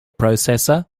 processor